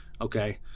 Okay